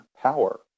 power